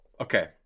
okay